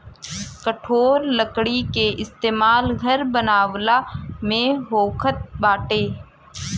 कठोर लकड़ी के इस्तेमाल घर बनावला में होखत बाटे